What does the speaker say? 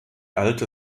alte